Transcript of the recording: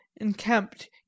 encamped